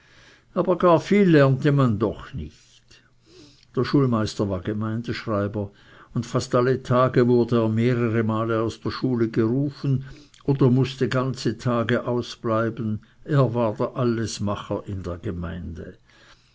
aber gar viel lernte man doch nicht der schulmeister war gemeindschreiber und fast alle tage wurde er mehrere male aus der schule gerufen oder mußte ganze tage ausbleiben er war der allesmacher in der gemeinde